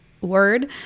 word